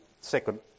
second